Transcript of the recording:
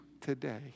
today